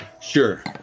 Sure